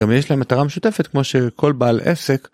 גם יש להם מטרה משותפת כמו שכל בעל עסק